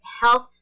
Health